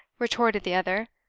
retorted the other.